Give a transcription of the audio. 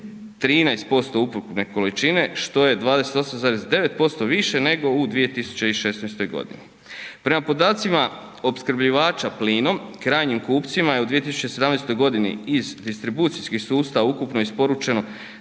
13% ukupne količine što je 28,9% više nego u 2016. godini. Prema podacima opskrbljivača plinom krajnjim kupcima je u 2017. godini iz distribucijskih sustava ukupno isporučeno